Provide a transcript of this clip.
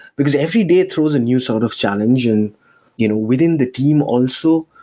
because every day it throws a new sort of challenge. and you know within the team also,